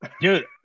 Dude